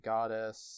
Goddess